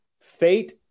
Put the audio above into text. Fate